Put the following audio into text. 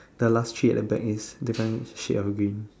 the last three at the back is different shade of green